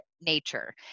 nature